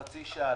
חצי שעה,